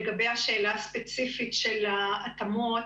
לגבי השאלה הספציפית של ההתאמות,